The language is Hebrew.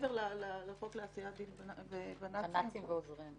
מעבר לחוק לעשיית דין בנאצים ועוזריהם.